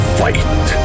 fight